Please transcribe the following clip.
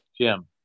Jim